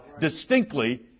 distinctly